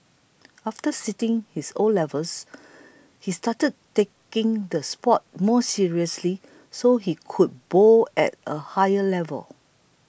after sitting his O levels he started taking the sport more seriously so he could bowl at a higher level